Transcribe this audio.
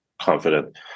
confident